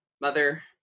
mother